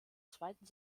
zweiten